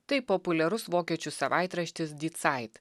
tai populiarus vokiečių savaitraštis die zeit